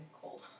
cold